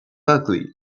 ugly